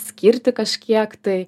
skirti kažkiek tai